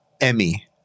Emmy